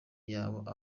yawe